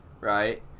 right